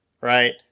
Right